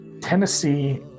Tennessee